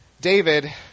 David